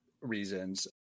reasons